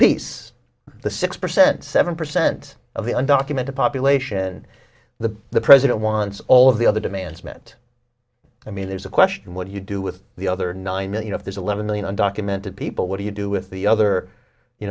piece of the six percent seven percent of the undocumented population and the the president wants all of the other demands met i mean there's a question what do you do with the other nine million if there's eleven million undocumented people what do you do with the other you